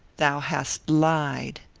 thou hast lied.